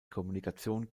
kommunikation